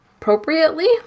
appropriately